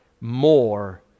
more